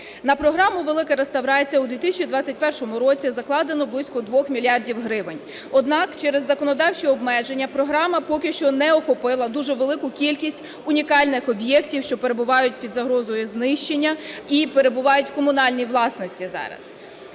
На програму "Велика реставрація" у 2021 році закладено близько 2 мільярдів гривень. Однак через законодавчі обмеження програма поки що не охопила дуже велику кількість унікальних об'єктів, що перебувають під загрозою знищення і перебувають у комунальній власності зараз.